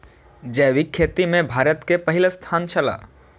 जैविक खेती में भारत के पहिल स्थान छला